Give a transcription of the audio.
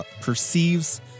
perceives